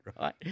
right